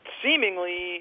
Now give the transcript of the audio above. seemingly